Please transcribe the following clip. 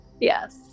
Yes